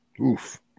Oof